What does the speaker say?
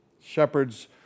Shepherds